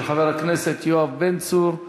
של חבר הכנסת יואב בן צור.